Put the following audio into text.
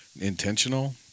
intentional